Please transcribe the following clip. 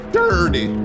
dirty